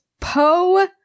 Poe